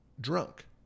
drunk